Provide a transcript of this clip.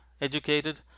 educated